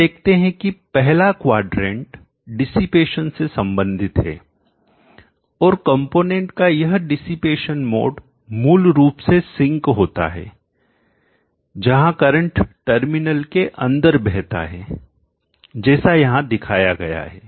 हम देखते हैं कि पहला क्वाड्रेंट चतुर्थांश डिसिपेशन से संबंधित है और कंपोनेंट का यह डिसिपेशन मोड मूल रूप से सिंक होता है जहां करंट टर्मिनल के अंदर बहता है जैसा यहां दिखाया गया है